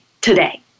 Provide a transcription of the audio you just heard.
today